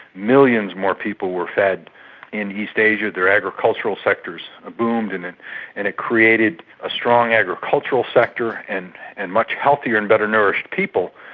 millions more people were fed in east asia. their agricultural sectors boomed and and it created a strong agricultural sector, and and much healthier and better nourished people.